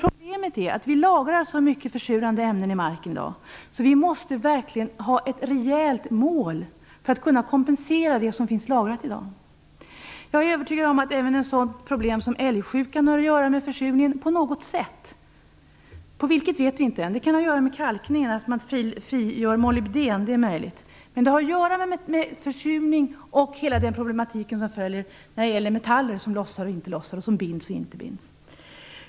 Problemet är att vi i dag lagrar så mycket försurande ämnen i marken, så vi måste verkligen ha ett rejält mål för att kunna kompensera för det som redan finns lagrat. Jag är övertygad om att även ett sådant problem som älgsjukan på något sätt har att göra med försurningen. Vi vet ännu inte på vilket sätt. Det kan ha att göra med kalkningen, att molybden frigörs. Det är möjligt. Det har i vilket fall att göra med försurningen, med metaller som lossar och inte lossar och som binds och inte binds.